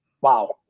Wow